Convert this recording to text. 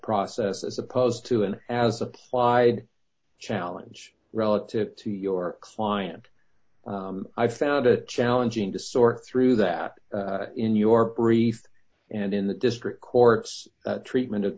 process as opposed to an as applied challenge relative to your client i found it challenging to sort through that in your brief and in the district court's treatment of